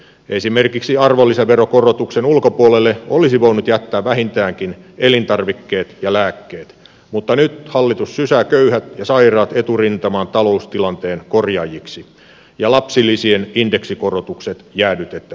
esimerkiksi arvonlisäverokorotuksen ulkopuolelle olisi voinut jättää vähintäänkin elintarvikkeet ja lääkkeet mutta nyt hallitus sysää köyhät ja sairaat eturintamaan taloustilanteen korjaajiksi ja lapsilisien indeksikorotukset jäädytetään